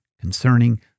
concerning